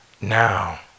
Now